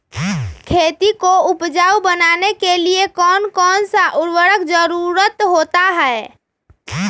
खेती को उपजाऊ बनाने के लिए कौन कौन सा उर्वरक जरुरत होता हैं?